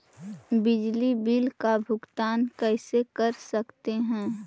बिजली बिल का भुगतान कैसे कर सकते है?